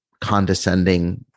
condescending